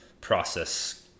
process